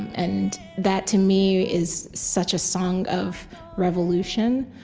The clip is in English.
and that, to me, is such a song of revolution,